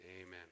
Amen